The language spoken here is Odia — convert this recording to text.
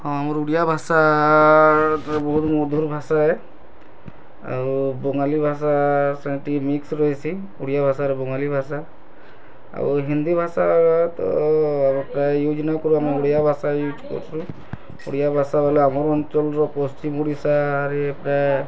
ହଁ ଆମର୍ ଓଡ଼ିଆ ଭାଷା ବହୁତ୍ ମଧୁର୍ ଭାଷା ହେ ଆର୍ ବଙ୍ଗାଲି ଭାଷା ସାଙ୍ଗେ ଟିକେ ମିକ୍ସ ରହିଛି ଓଡ଼ିଆ ଭାଷା ଆର୍ ବଙ୍ଗାଲି ଭାଷା ଆଉ ହିନ୍ଦୀ ଭାଷା ତ ପ୍ରାଏ ୟୁଜ୍ ନାଇଁ କରୁ ଆମ ଓଡ଼ିଆ ଭାଷା ୟୁଜ୍ କରୁଛୁଁ ଓଡ଼ିଆ ଭାଷା ବୋଲେ ଆମର୍ ଅଞ୍ଚଲର ପଶ୍ଚିମ ଓଡ଼ିଶାରେ ପ୍ରାଏ